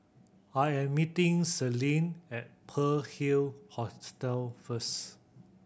I am meeting Celine at Pearl Hill Hostel first